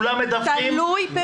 בחוק הזה אנחנו מדברים על